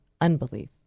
unbelief